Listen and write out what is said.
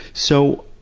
so,